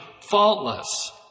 faultless